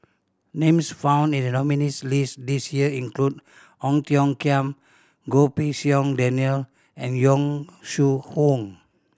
names found in the nominees' list this year include Ong Tiong Khiam Goh Pei Siong Daniel and Yong Shu Hoong